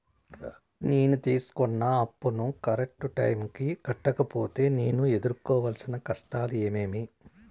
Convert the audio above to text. నేను తీసుకున్న అప్పును కరెక్టు టైముకి కట్టకపోతే నేను ఎదురుకోవాల్సిన కష్టాలు ఏమీమి?